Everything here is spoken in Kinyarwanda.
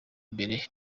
imbere